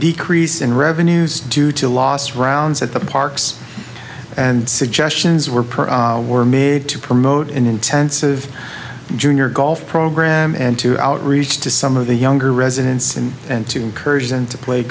decrease in revenues due to loss rounds at the parks and suggestions were per were made to promote an intensive junior golf program and to outreach to some of the younger residents in and to encourage them to play